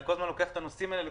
מתרוצץ בין ועדות עם הנושאים האלה.